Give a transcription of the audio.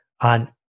on